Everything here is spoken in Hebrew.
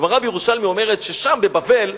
הגמרא בירושלמי אומרת ששם, בבבל,